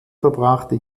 verbrachte